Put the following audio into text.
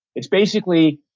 it's basically,